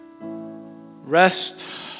rest